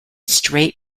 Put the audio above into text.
straight